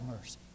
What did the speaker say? mercy